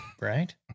right